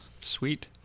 Sweet